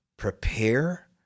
Prepare